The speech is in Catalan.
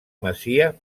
masia